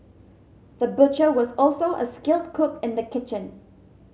the butcher was also a skilled cook in the kitchen